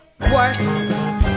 worse